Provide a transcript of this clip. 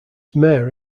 mayor